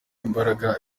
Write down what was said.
imbaraga